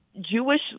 Jewish